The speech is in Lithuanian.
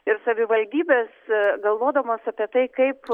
ir savivaldybės galvodamos apie tai kaip